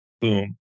boom